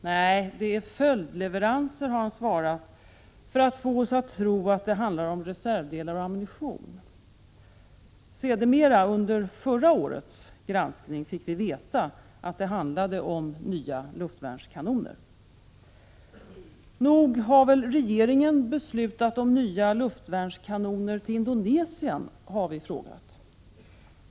”Nej, det gäller följdleveranser,” har han svarat för att få oss att tro att det handlar om reservdelar och ammunition. Sedermera under förra årets granskning fick vi veta att det handlade om nya luftvärnskanoner. ”Nog har väl regeringen beslutat om nya luftvärnskanoner till Indonesien?” har vi frågat.